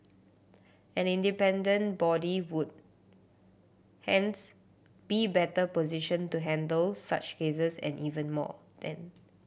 an independent body would hence be better positioned to handle such cases and even more then